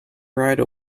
ride